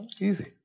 easy